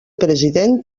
president